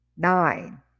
nine